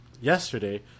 yesterday